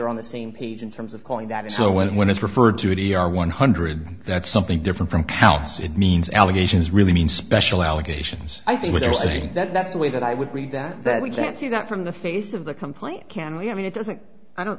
are on the same page in terms of calling that so when when it's referred to it e r one hundred that's something different from counts it means allegations really mean special allegations i think they're saying that that's the way that i would read that that we can see that from the face of the complaint can we i mean it doesn't i don't